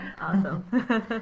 Awesome